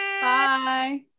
Bye